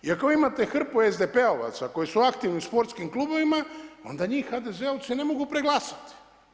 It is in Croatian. I ako vi imate hrpu SDP-ovaca koji su aktivni u sportskim klubovima, onda njih HDZ-ovci ne mogu preglasati.